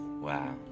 Wow